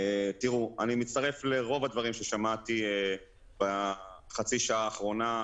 אני מצטרף לרוב הדברים ששמעתי בחצי השעה האחרונה.